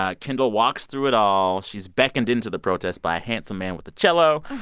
ah kendall walks through it all. she's beckoned into the protest by handsome man with a cello.